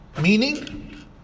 Meaning